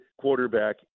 quarterback